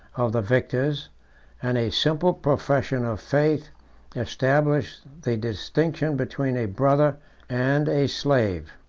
of the victors and a simple profession of faith established the distinction between a brother and a slave.